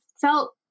felt